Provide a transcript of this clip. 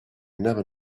never